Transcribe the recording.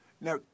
Now